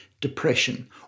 depression